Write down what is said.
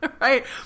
Right